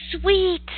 sweet